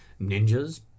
ninjas